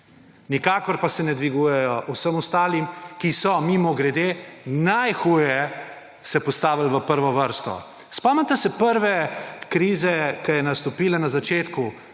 nikakor pa se ne dvigujejo vsem ostalim, ki so mimogrede najhuje se postavil v prvo vrsto. Spomnite se prve krize, ki je nastopila na začetku.